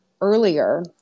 earlier